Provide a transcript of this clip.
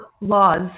laws